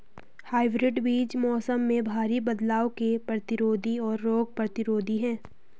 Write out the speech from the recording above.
hybrid बीज मौसम में भारी बदलाव के प्रतिरोधी और रोग प्रतिरोधी हैं